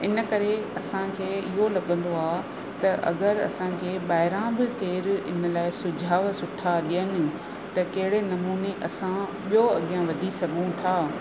इन करे असांखे इहो लॻंदो आहे त अगरि असांखे ॿाहिरां बि केर इन लाइ सुझाउ सुठा ॾियनि त कहिड़े नमूने असां ॿियो अॻियां वधी सघूं था